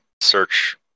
search